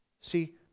See